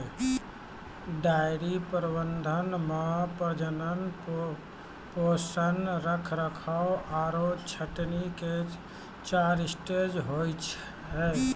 dairy प्रबंधन मॅ प्रजनन, पोषण, रखरखाव आरो छंटनी के चार स्टेज होय छै